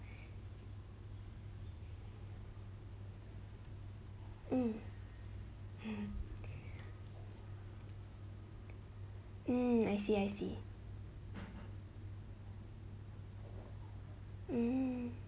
hmm hmm I see I see hmm